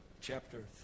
chapter